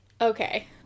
Okay